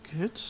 Good